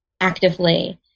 actively